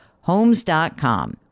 Homes.com